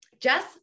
Jess